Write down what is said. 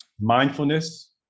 mindfulness